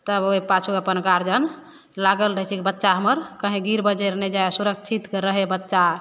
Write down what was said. तब ओहि पाछू अपन गार्जिअन लागल रहै छै कि बच्चा हमर कहीँ गिर बजरि नहि जाइ सुरक्षितके रहै बच्चा